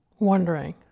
wondering